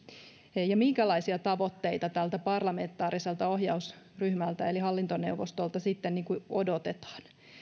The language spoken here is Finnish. ja minkälaisia tavoitteita tältä parlamentaariselta ohjausryhmältä eli hallintoneuvostolta sitten odotetaan